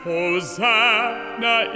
Hosanna